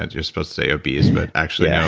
and you're supposed to say obese. but actually,